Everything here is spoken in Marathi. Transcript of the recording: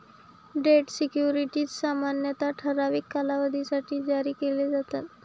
डेट सिक्युरिटीज सामान्यतः ठराविक कालावधीसाठी जारी केले जातात